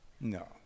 No